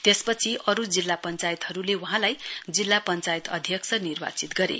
त्यसपछि अरु जिल्ला पंचायतहरुले वहाँलाई जिल्ला पंचायत अध्यक्ष निर्वाचित गरे